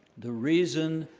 the reason